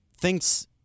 thinks